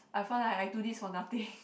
I find like I do this for nothing